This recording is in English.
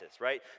right